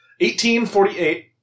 1848